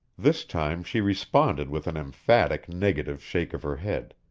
this time she responded with an emphatic negative shake of her head,